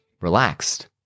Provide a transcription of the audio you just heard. relaxed